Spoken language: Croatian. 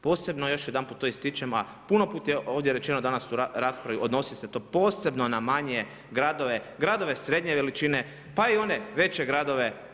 Posebno još jedanput to ističemo, a puno put je ovdje rečeno danas u raspravi odnosi se to posebno na manje gradove, gradove srednje veličine, pa i one veće gradove.